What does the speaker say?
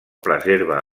preserva